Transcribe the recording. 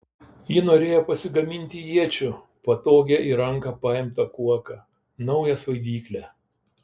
ji norėjo pasigaminti iečių patogią į ranką paimti kuoką naują svaidyklę